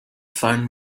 found